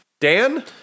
Dan